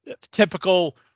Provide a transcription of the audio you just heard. typical